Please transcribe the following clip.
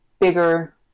bigger